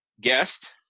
guest